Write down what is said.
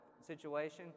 situation